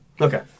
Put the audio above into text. Okay